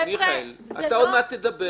מיכאל, אתה עוד מעט תדבר.